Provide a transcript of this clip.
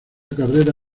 carrera